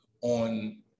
on